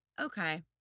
Okay